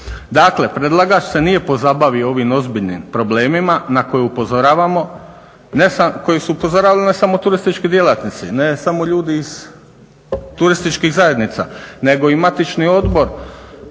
Dakle, predlagač se nije pozabavio ovim ozbiljnim problemima na koja upozoravamo, koji su upozoravali ne samo turistički djelatnici, ne samo ljudi iz turističkih zajednica nego i matični odbor